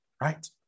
right